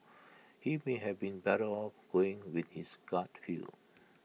he may have been better off going with his gut feel